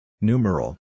Numeral